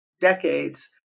decades